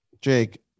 Jake